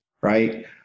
right